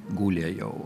gulė jau